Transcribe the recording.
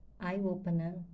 eye-opener